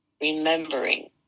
remembering